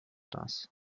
das